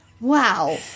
Wow